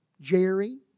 Jerry